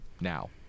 now